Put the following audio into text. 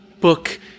book